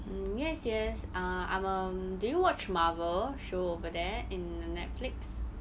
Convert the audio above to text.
mm yes yes ah I'm um do you watch Marvel show over there in the Netflix